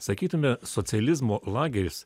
sakytume socializmo lageris